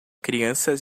crianças